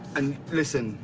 and listen,